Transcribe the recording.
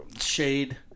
shade